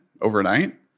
overnight